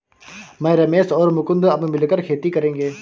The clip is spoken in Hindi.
मैं, रमेश और मुकुंद अब मिलकर खेती करेंगे